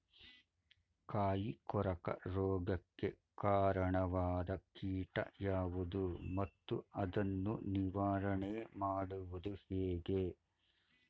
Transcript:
ಕಾಯಿ ಕೊರಕ ರೋಗಕ್ಕೆ ಕಾರಣವಾದ ಕೀಟ ಯಾವುದು ಮತ್ತು ಅದನ್ನು ನಿವಾರಣೆ ಮಾಡುವುದು ಹೇಗೆ?